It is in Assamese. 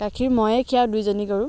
গাখীৰ ময়ে খীৰাওঁ দুইজনী গৰু